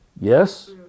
Yes